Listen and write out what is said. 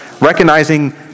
recognizing